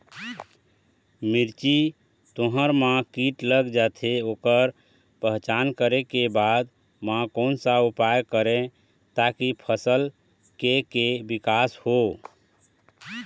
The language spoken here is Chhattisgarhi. मिर्ची, तुंहर मा कीट लग जाथे ओकर पहचान करें के बाद मा कोन सा उपाय करें ताकि फसल के के विकास हो?